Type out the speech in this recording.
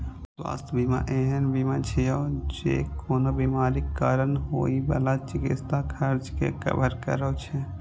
स्वास्थ्य बीमा एहन बीमा छियै, जे कोनो बीमारीक कारण होइ बला चिकित्सा खर्च कें कवर करै छै